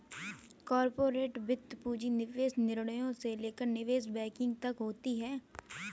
corporate वित्त पूंजी निवेश निर्णयों से लेकर निवेश बैंकिंग तक होती हैं